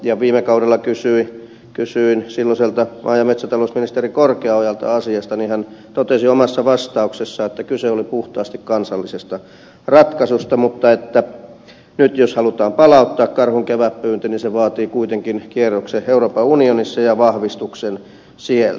kun viime kaudella kysyin silloiselta maa ja metsätalousministeri korkeaojalta asiasta niin hän totesi omassa vastauksessaan että kyse oli puhtaasti kansallisesta ratkaisusta mutta että nyt jos halutaan palauttaa karhun kevätpyynti se vaatii kuitenkin kierroksen euroopan unionissa ja vahvistuksen sieltä